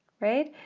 right?